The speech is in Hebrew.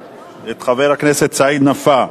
ברבים, ברוח העקרונות הדמוקרטיים.